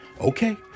okay